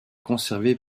conservée